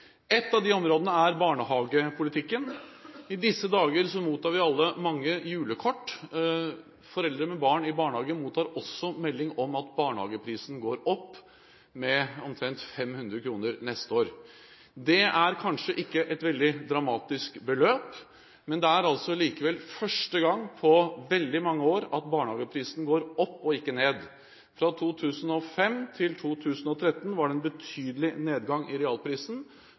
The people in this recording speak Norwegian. av de områdene er barnehagepolitikken. I disse dager mottar vi alle mange julekort. Foreldre med barn i barnehage mottar også melding om at barnehageprisen går opp med omtrent 500 kr neste år. Det er kanskje ikke et veldig dramatisk beløp, men det er altså likevel første gang på veldig mange år at barnehageprisen går opp og ikke ned. Fra 2005 til 2013 var det en betydelig nedgang i realprisen.